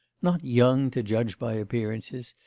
not young to judge by appearances,